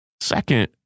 Second